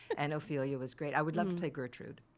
and ophelia was great. i would let me play gertrude,